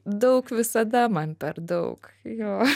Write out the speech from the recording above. daug visada man per daug jo